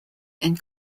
and